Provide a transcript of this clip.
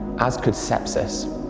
as could sepsis.